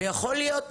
ויכול להיות